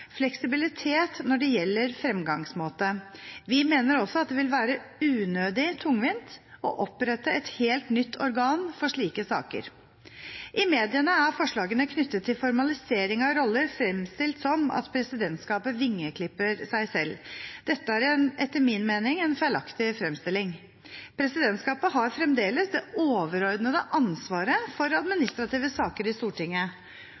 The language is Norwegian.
fleksibilitet når det gjelder fremgangsmåte. Vi mener også at det vil være unødig tungvint å opprette et helt nytt organ for slike saker. I mediene er forslagene knyttet til formalisering av roller, fremstilt som at presidentskapet vingeklipper seg selv. Dette er etter min mening en feilaktig fremstilling. Presidentskapet har fremdeles det overordnede ansvaret for administrative saker i Stortinget,